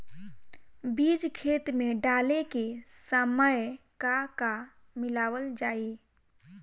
बीज खेत मे डाले के सामय का का मिलावल जाई?